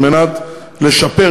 על מנת לשפר,